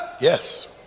yes